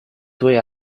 tuoi